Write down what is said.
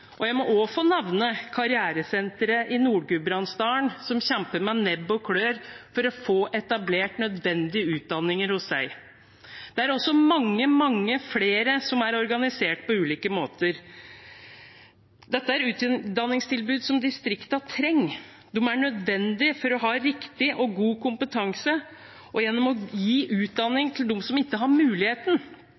Jeg må også få nevne karrieresenteret i Nord-Gudbrandsdalen, som kjemper med nebb og klør for å få etablert nødvendige utdanninger hos seg. Det er også mange, mange flere, som er organisert på ulike måter. Dette er utdanningstilbud som distriktene trenger. De er nødvendige for å ha riktig og god kompetanse og for å gi utdanning til dem som ikke har muligheten